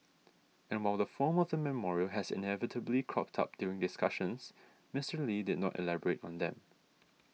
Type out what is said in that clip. and while the form was memorial has inevitably cropped up during discussions Mister Lee did not elaborate on them